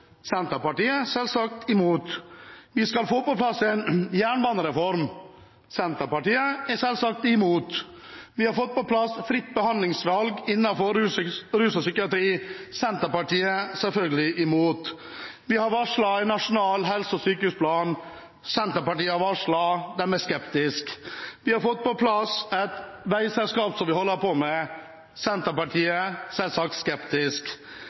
Senterpartiet er selvsagt imot. Vi skal få på plass en jernbanereform. Senterpartiet er selvsagt imot. Vi har fått på plass fritt behandlingsvalg innenfor rus og psykiatri. Senterpartiet er selvfølgelig imot. Vi har varslet en nasjonal helse- og sykehusplan. Senterpartiet har varslet at de er skeptiske. Vi har fått på plass et veiselskap som vi holder på med. Senterpartiet er selvsagt skeptisk.